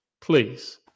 please